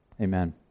Amen